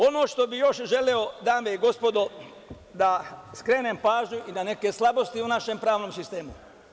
Ono što bih još želeo, dame i gospodo, da skrenem pažnju i na neke slabosti u našem pravnom sistemu.